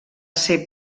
ser